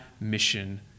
mission